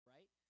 Right